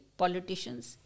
politicians